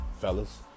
Fellas